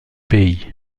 pays